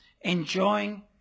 enjoying